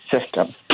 system